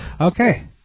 Okay